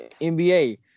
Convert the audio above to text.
NBA